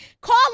Call